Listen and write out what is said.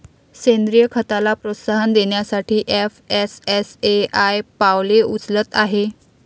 सेंद्रीय खताला प्रोत्साहन देण्यासाठी एफ.एस.एस.ए.आय पावले उचलत आहे